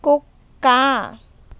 కుక్క